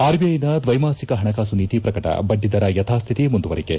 ಆರ್ಬಿಐನ ದ್ವೆ ಮಾಸಿಕ ಪಣಕಾಸು ನೀತಿ ಪ್ರಕಟ ಬಡ್ಲಿದರ ಯಥಾಸ್ತಿತಿ ಮುಂದುವರಿಕೆ